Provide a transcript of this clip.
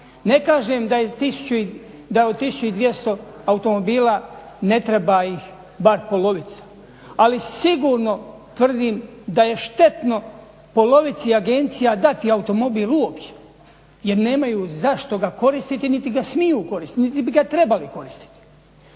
Ne kažem da je od 1200 automobila ne treba ih bar polovica, ali sigurno tvrdim da je štetno polovici agencija dati automobil uopće jer nemaju za što ga koristiti, niti ga smiju koristiti, niti bi ga trebali koristiti.